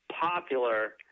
popular